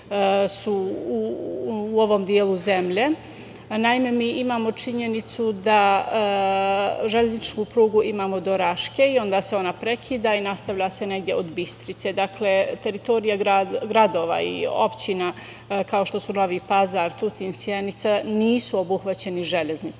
su u ovom delu zemlje. Naime, imamo činjenicu da železničku prugu imamo do Raške i onda se ona prekida i nastavlja se negde od Bistrice. Dakle, teritorija gradova i opština kao što su Novi Pazar, Tutin, Sjenica nisu obuhvaćeni železnicom. Vi